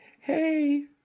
hey